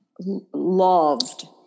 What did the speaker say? loved